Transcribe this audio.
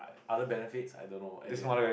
other benefits I don't know as in